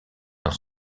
dans